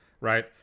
right